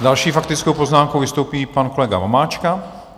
S další faktickou poznámkou vystoupí pan kolega Vomáčka.